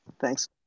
Thanks